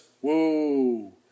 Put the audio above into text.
whoa